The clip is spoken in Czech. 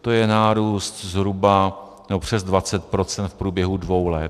To je nárůst zhruba přes 20 % v průběhu dvou let.